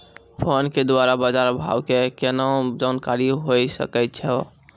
Phone के द्वारा बाज़ार भाव के केना जानकारी होय सकै छौ?